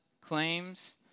claims